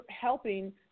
helping